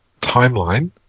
timeline